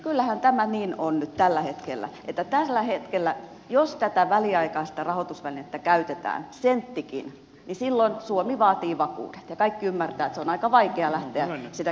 kyllähän tämä tällä hetkellä niin on että jos tällä hetkellä tätä väliaikaista rahoitusvälinettä käytetään senttikin silloin suomi vaatii vakuudet ja kaikki ymmärtävät että on aika vaikea lähteä sitä käyttämään